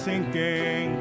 Sinking